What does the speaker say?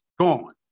Gone